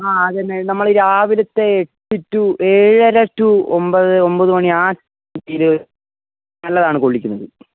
ആ അത് തന്നെ നമ്മൾ രാവിലത്തെ എട്ട് ടു ഏഴര ടു ഒമ്പത് ഒമ്പത് മണി ആ ടൈമിൽ നല്ലതാണ് കൊള്ളിക്കുന്നത്